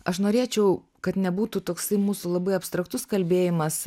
aš norėčiau kad nebūtų toksai mūsų labai abstraktus kalbėjimas